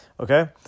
Okay